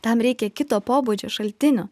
tam reikia kito pobūdžio šaltinio